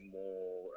more